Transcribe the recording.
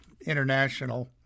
international